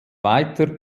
weiter